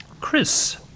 chris